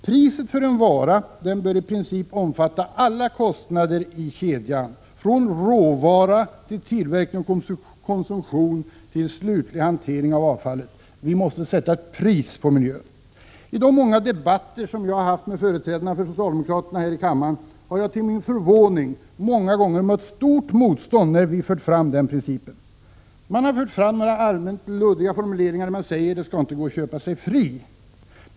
Priset för en vara bör i princip omfatta alla kostnader i kedjan från råvara till tillverkning och konsumtion till slutlig hantering av avfallet. Vi måste sätta ett pris på miljön. I de många debatter som jag har haft med företrädare från socialdemokraterna här i kammaren har jag till min förvåning många gånger mött stort motstånd när jag fört fram den principen. Man har fört fram några allmänt luddiga formuleringar där man säger att det inte skall gå att köpa sig fri.